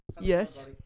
Yes